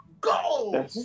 go